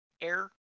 air